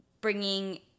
bringing